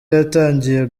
yatangiye